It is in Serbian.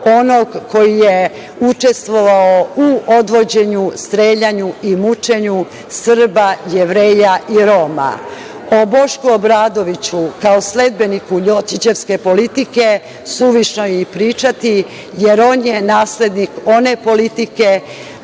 logora, koji je učestvovao u odvođenju, streljanju i mučenju Srba, Jevreja i Roma.O Bošku Obradoviću, kao sledbeniku ljotićevske politike suvišno je i pričati, jer on je naslednik one politike